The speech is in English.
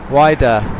wider